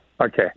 Okay